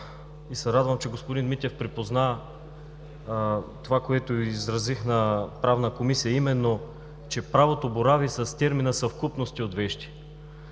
и се радвам, че господин Митев припозна това, което изразих в Правната комисия – че правото борави с термина „съвкупности от вещи“.